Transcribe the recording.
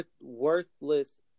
worthless